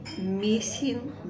missing